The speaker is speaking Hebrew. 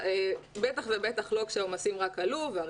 בטח ובטח לא כשהעומסים רק עלו ויש את